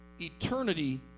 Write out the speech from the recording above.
eternity